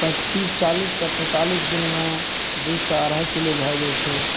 पैँतिस चालिससे पैँतालिस दिनमे दुइसे अढ़ाइ किलो भै जाइ छै